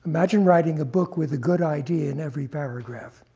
imagine writing a book with a good idea in every paragraph.